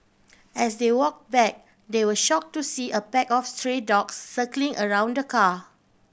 as they walk back they were shock to see a pack of stray dogs circling around the car